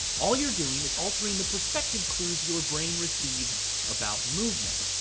all you're doing is altering the perspective clues your brain receives about movement.